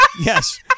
Yes